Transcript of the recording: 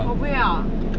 我不要啊